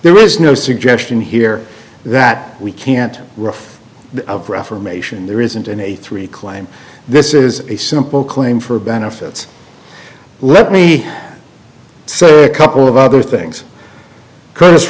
there is no suggestion here that we can't refer the reformation there isn't an a three claim this is a simple claim for benefits let me say a couple of other things curtis